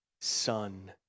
son